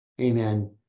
Amen